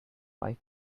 five